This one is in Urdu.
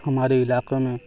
ہمارے علاقوں میں